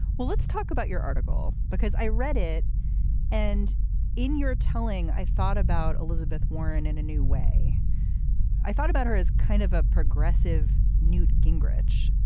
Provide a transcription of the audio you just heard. well let's talk about your article because i read it and in your telling i thought about elizabeth warren in a new way i thought about her as kind of a progressive newt gingrich.